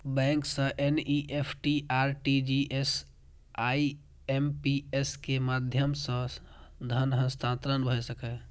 bank सं NEFT, RTGS, IMPS के माध्यम सं धन हस्तांतरण भए सकैए